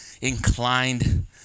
inclined